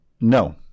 No